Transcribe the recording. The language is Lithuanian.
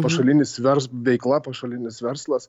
pašalinis vers veikla pašalinis verslas